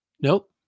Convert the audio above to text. Nope